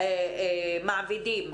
העצמאים והמעבידים.